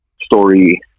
story